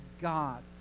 god